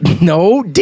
No